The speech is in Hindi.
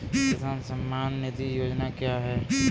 किसान सम्मान निधि योजना क्या है?